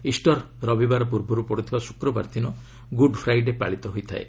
Easter ରବିବାର ପୂର୍ବରୁ ପଡ଼ୁଥିବା ଶୁକ୍ରବାର ଦିନ ଗୁଡ଼୍ ଫ୍ରାଇ ଡେ' ପାଳିତ ହୋଇଥାଏ